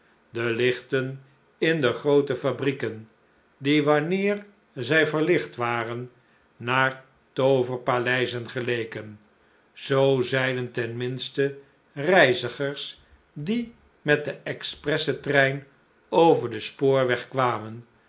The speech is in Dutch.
de lichten in de groote fabrieken die wanneer zij verlicht waren naar tooverpaleizen geleken zoo zeiden ten minste reizigers die met den expressetrein over den spoorweg kwamen